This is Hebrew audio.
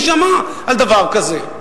מי שמע על דבר כזה?